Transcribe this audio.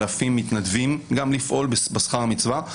אלפים מתנדבים גם לפעול בשכר המצווה.